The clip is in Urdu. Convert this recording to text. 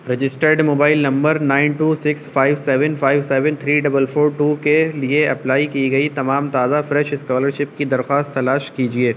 registered mobile number nine two six five seven five seven three double four two کے لیے اپلائی کی گئی تمام تازہ فریش اسکالرشپ کی درخواست تلاش کیجیے